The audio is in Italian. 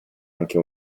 anche